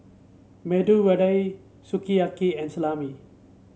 Medu Vada Sukiyaki and Salami